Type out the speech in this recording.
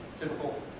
Typical